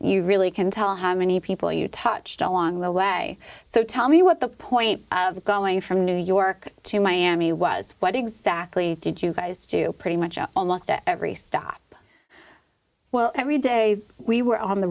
you really can tell how many people you touched on the way so tell me what the point of going from new york to miami was what exactly did you guys do pretty much almost at every stop well every day we were on the